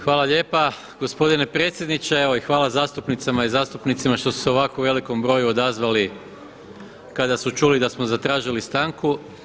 Hvala lijepa gospodine predsjedniče i evo hvala zastupnicama i zastupnicima što su se u ovako velikom broju odazvali kada su čuli da smo zatražili stanku.